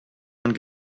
man